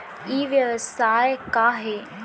ई व्यवसाय का हे?